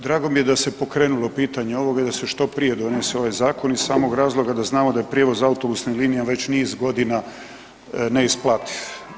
Drago mi je da se pokrenulo pitanje ovoga i da se što prije donese ovaj zakon iz samog razloga da znamo da je prijevoz autobusnih linija već niz godina neisplativ.